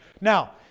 Now